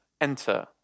enter